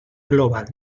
global